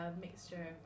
mixture